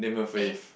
face